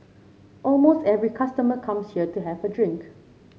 almost every customer comes here to have a drink